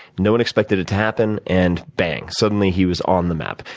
no one expected it to happen, and bang, suddenly he was on the map.